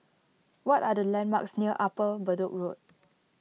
what are the landmarks near Upper Bedok Road